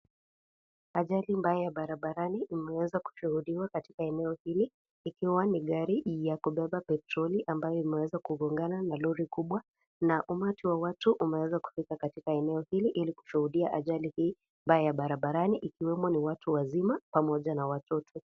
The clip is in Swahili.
Ajali mbaya barabarani imeweza kushuhudiwa katika eneo hili, ikiwa ni gari ya kubeba petroli ambayo imeweza kugongana na lori kubwa, na umati wa watu wameweza kufika katika eneo hili ili kushuhudia ajali hii ya barabarani, ikiwemo watu wazima pamoja na watoto.